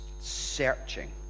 searching